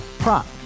Prop